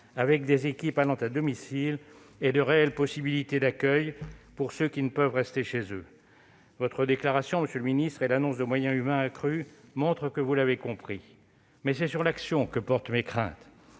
avec des équipes allant à domicile et de réelles possibilités d'accueil pour ceux qui ne peuvent rester chez eux. Votre déclaration et l'annonce de moyens humains accrus montrent que vous l'avez compris. C'est sur l'action que portent mes craintes.